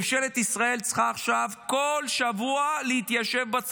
ממשלת ישראל צריכה להתיישב כל שבוע בצפון,